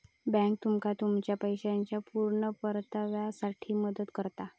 bank तुमका तुमच्या पैशाच्या पुर्ण परताव्यासाठी मदत करता